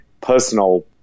personal